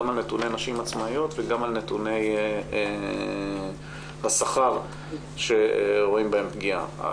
גם על נתוני נשים עצמאיות וגם על נתוני השכר שרואים בהם פגיעה.